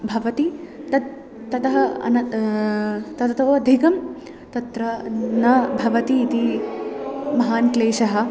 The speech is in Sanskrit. भवति तत् ततः अन ततोधिकं तत्र न भवति इति महान् क्लेशः